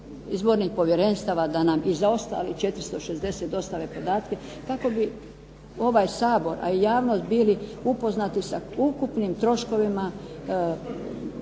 izbornih povjerenstava da nam i za ostalih 460 dostave podatke kako bi ovaj Sabor a i javnost bili upoznati sa ukupnim troškovima